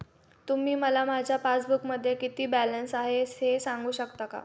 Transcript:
तुम्ही मला माझ्या पासबूकमध्ये किती बॅलन्स आहे हे सांगू शकता का?